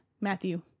Matthew